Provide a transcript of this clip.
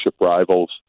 rivals